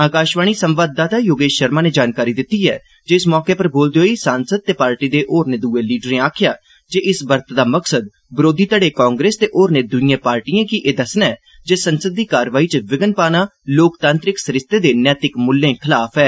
आकाशवाणी संवाददाता योगेश शर्मा नै जानकारी दिती ऐ जे इस मौके उप्पर बोलदे होई सांसद ते पार्टी दे होर दुए लीडरें आक्खेआ जे इस ब्रत दा उद्देश्य विरोधी घड़े कांग्रेस ते होरने दुइए पार्टीए गी एह दस्सना ऐ जे संसद दी कारवाई च विध्न पाना लोकतांत्रिक सरीस्ते दे नैतिक मुल्यें खलाफ ऐ